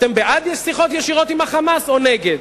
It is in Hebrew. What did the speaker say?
אתם בעד שיחות ישירות עם ה"חמאס", או נגד?